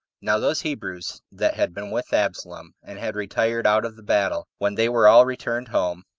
now those hebrews that had been with absalom, and had retired out of the battle, when they were all returned home,